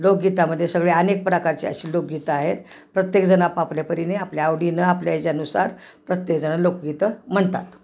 लोकगीतामध्ये सगळे अनेक प्रकारचे अशी लोकगीत आहेत प्रत्येकजणं आपापल्या परीने आपल्या आवडीनं आपल्या याच्यानुसार प्रत्येकजणं लोकगीतं म्हणतात